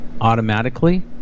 automatically